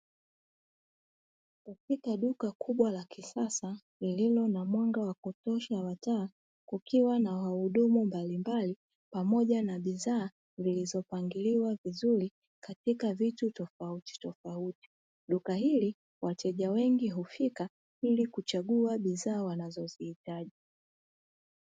Katika duka kubwa la kisasa lililo na mwanga wa kutosha wa taa, kukiwa na wahudumu mbalimbali pamoja na bidhaa zilizopangiliwa vizuri katika vitu tofauti tofauti. Duka hili wateja wengi hufika ili kuchagua bidhaa wanazozihitaji.